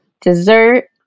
dessert